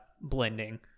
blending